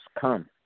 come